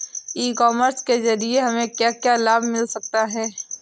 ई commerce के ज़रिए हमें क्या क्या लाभ मिल सकता है?